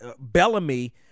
Bellamy